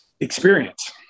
experience